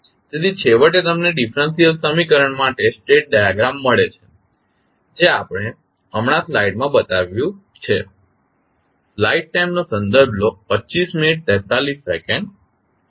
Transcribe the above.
તેથી છેવટે તમને ડીફરન્સીયલ સમીકરણ માટે સ્ટેટ ડાયાગ્રામ મળે છે જે આપણે હમણા સ્લાઇડમાં બતાવ્યું છે